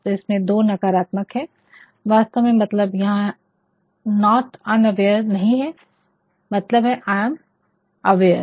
तो इसमें दो नकारात्मक है वास्तव में मतलब यहाँ नॉट अनव्हेरे नहीं है मतलब है आई ऍम अवेयर